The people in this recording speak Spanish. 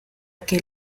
que